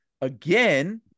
again